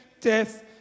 death